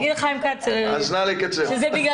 אז נא לקצר.